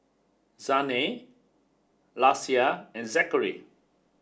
Zhane Lacie and Zackery